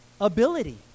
ability